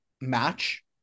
match